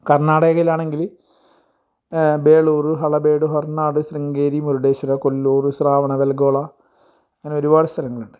കർണാടകയിലാണെങ്കിൽ ബേളൂറ് ഹളബേഡ് ഹർനാട് ശ്രീങ്കേരി മുരുടേശ്വര കൊല്ലൂര് ശ്രാവണ ഹൽഗോള ഇങ്ങനെ ഒരുപാട് സ്ഥലങ്ങളുണ്ട്